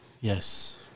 Yes